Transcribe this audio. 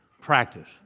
practice